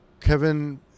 kevin